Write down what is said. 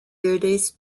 verdes